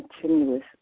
continuous